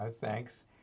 thanks